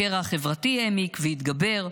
הקרע החברתי העמיק והתגבר,